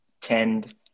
tend